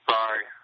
Sorry